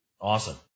Awesome